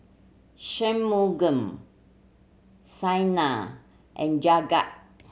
Shunmugam Saina and Jagat